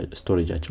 storage